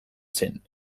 zen